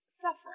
suffering